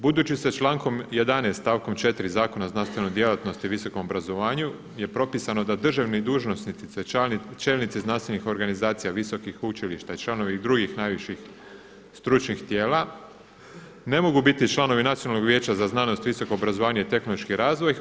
Budući se člankom 11. stavkom 4. Zakona o znanstvenoj djelatnosti, visokom obrazovanju je propisano da državni dužnosnici, te čelnici znanstvenih organizacija, visokih učilišta i članovi drugih najviših stručnih tijela ne mogu biti članovi Nacionalnog vijeća za znanost, visoko obrazovanje i tehnološki razvoj.